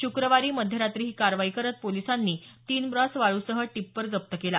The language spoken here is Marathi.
शुक्रवारी मध्यरात्री ही कारवाई करत पोलिसांनी तीन ब्रास वाळूसह टिप्पर जप्त केला